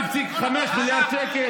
1.5 מיליארד שקל.